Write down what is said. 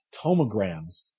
tomograms